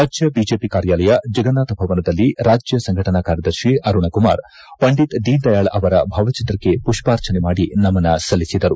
ರಾಜ್ಯ ಬಿಜೆಪಿ ಕಾರ್ಯಾಲಯ ಜಗನ್ನಾಥ ಭವನದಲ್ಲಿ ರಾಜ್ಯ ಸಂಘಟನಾ ಕಾರ್ಯದರ್ತಿ ಅರುಣ ಕುಮಾರ್ ಪಂಡಿತ್ ದೀನ ದಯಾಳ್ ಅವರ ಭಾವಚಿತ್ರಕ್ಷೆ ಪುಷ್ಪಾರ್ಚನೆ ಮಾಡಿ ನಮನ ಸಲ್ಲಿಸಿದರು